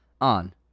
on